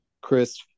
chris